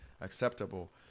acceptable